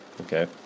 okay